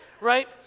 right